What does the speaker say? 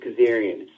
Kazarian